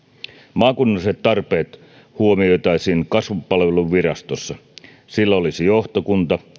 maakunnalliset tarpeet huomioitaisiin kasvupalveluvirastossa sillä olisi johtokunta